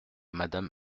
madame